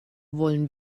wollen